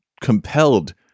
compelled